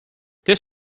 this